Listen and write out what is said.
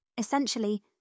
Essentially